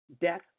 Death